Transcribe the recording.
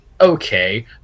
okay